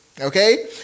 okay